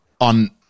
on –